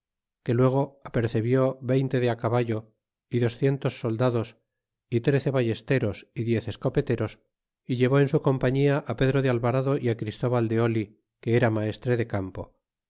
que luego apercebió veinte de caballo y docientos soldados y trece ballesteros y diez escopeteros y llevó en su compañia pedro de alvarado y christóbal de oli que era maestre de campo